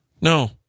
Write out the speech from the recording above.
No